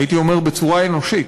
הייתי אומר בצורה אנושית,